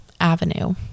avenue